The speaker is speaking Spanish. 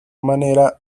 manera